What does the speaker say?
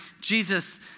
Jesus